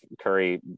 Curry